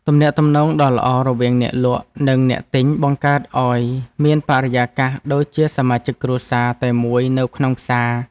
ទំនាក់ទំនងដ៏ល្អរវាងអ្នកលក់ និងអ្នកទិញបង្កើតឱ្យមានបរិយាកាសដូចជាសមាជិកគ្រួសារតែមួយនៅក្នុងផ្សារ។